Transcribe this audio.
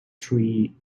tree